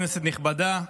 כנסת נכבדה,